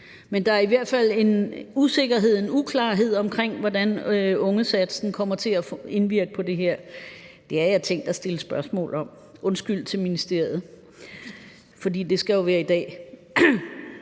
Men der er i hvert fald en usikkerhed og uklarhed omkring, hvordan ungesatsen bliver påvirket af det her. Det har jeg tænkt mig at stille spørgsmål om, undskyld til ministeriet, for det skal jo være i dag.